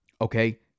Okay